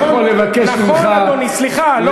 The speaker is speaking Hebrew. נכון, אדוני, סליחה, לא.